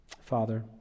Father